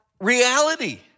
reality